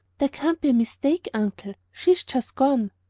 there can't be a mistake, uncle. she's just gone.